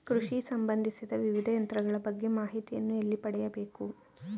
ಕೃಷಿ ಸಂಬಂದಿಸಿದ ವಿವಿಧ ಯಂತ್ರಗಳ ಬಗ್ಗೆ ಮಾಹಿತಿಯನ್ನು ಎಲ್ಲಿ ಪಡೆಯಬೇಕು?